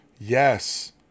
yes